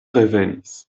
revenis